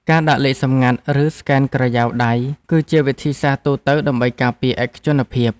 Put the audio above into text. ការដាក់លេខសម្ងាត់ ឬស្កេនក្រយៅដៃ គឺជាវិធីសាស្ត្រទូទៅដើម្បីការពារឯកជនភាព។